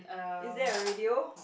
is there a radio